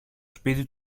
σπίτι